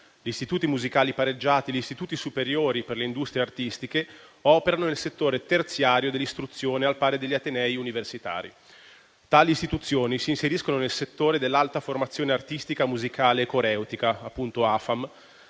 gli istituti musicali pareggiati e gli istituti superiori per le industrie artistiche (ISIA), operano nel settore terziario dell'istruzione al pari degli atenei universitari; tali istituzioni si inseriscono nel settore dell'alta formazione artistica musicale e coreutica (AFAM),